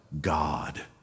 God